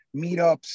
meetups